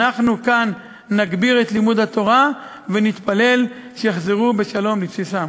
אנחנו כאן נגביר את לימוד התורה ונתפלל שיחזרו בשלום לבסיסם.